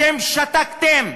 אתם שתקתם,